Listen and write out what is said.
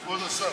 כבוד השר.